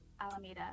Alameda